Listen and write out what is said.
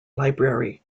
library